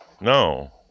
no